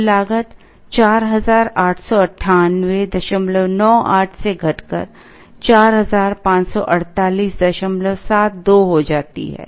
कुल लागत 489898 से घटकर 454872 हो जाती है